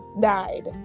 died